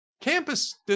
campus